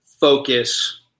focus